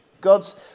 God's